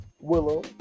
Willow